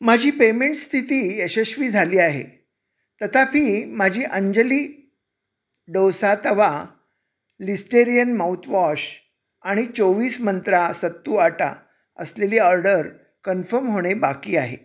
माझी पेमेंट स्थिती यशस्वी झाली आहे तथापि माझी अंजली डोसा तवा लिस्टेरियन माउतवॉश आणि चोवीस मंत्रा सत्तू आटा असलेली ऑर्डर कन्फम होणे बाकी आहे